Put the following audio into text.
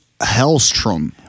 Hellstrom